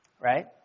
Right